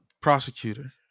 Prosecutor